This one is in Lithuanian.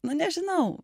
nu nežinau